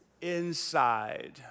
inside